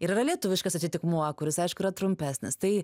ir yra lietuviškas atitikmuo kuris aišku yra trumpesnis tai